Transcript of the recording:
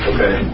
Okay